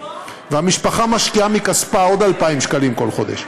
והמשפחה משקיעה מכספה עוד 2,000 שקלים כל חודש,